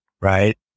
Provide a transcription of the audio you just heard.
right